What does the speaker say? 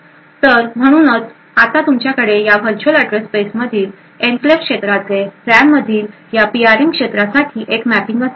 तर म्हणूनच आता तुमच्याकडे या व्हर्च्युअल अॅड्रेस स्पेस मधील एन्क्लेव्ह क्षेत्राचे रॅममधील या पीआरएम क्षेत्रासाठी एक मॅपिंग असेल